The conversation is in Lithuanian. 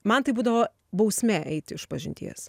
man tai būdavo bausmė eiti išpažinties